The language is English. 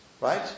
Right